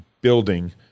building